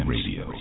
Radio